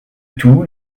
tout